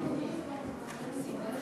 לסדר-היום